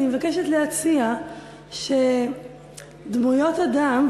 אני מבקשת להציע שדמויות אדם,